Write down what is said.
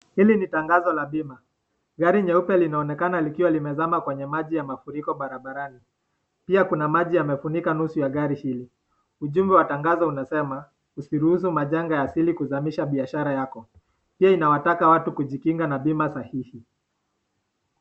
Hili ni tangazo la bima gari nyeupe linaonekana limezama kwa maji ya mafuriko barabarani pia kuna maji yamefunika nusu gari hili ujumbe wa tangazo unasema usiruhusu majanga ya sili kuzamisha biashara lako pia inataka watu kujikinga na bima sahihi